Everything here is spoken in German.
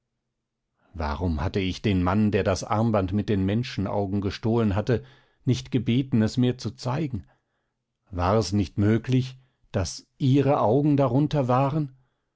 warum hatte ich den mann der das armband mit den menschenaugen gestohlen hatte nicht gebeten es mir zu zeigen war es nicht möglich daß ihre augen darunter waren